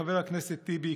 חבר הכנסת טיבי,